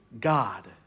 God